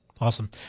Awesome